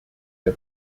der